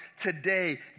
today